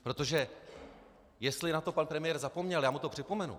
Protože jestli na to pan premiér zapomněl, já mu to připomenu.